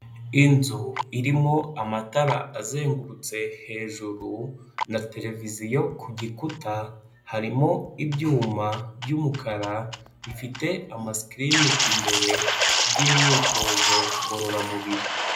Inzu irimo amatara azengurutse hejuru na televiziyo ku gikuta harimo ibyuma by'umukara bifite amasikirini imbere by'imyitozo ngororamubiri.